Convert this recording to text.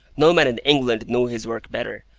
no man in england knew his work better.